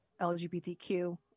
LGBTQ